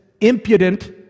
impudent